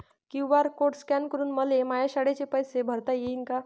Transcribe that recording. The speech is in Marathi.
क्यू.आर कोड स्कॅन करून मले माया शाळेचे पैसे भरता येईन का?